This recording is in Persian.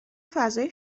فضای